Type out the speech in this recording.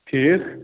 ٹھیٖک